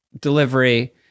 delivery